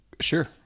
Sure